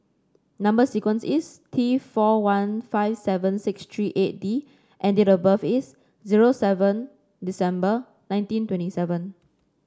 number sequence is T four one five seven six three eight D and date of birth is zero seven December nineteen twenty seven